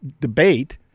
debate